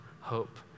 hope